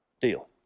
deal